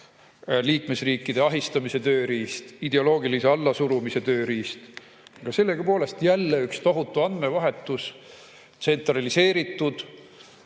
liikmesriikide ahistamise tööriist, ideoloogilise allasurumise tööriist, aga sellegipoolest jälle üks tohutu andmevahetus, tsentraliseeritud,